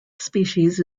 species